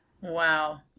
Wow